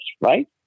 right